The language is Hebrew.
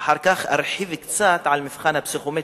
ואחר כך ארחיב קצת על המבחן הפסיכומטרי,